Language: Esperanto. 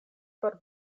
por